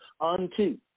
unto